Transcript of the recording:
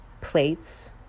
plates